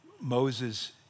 Moses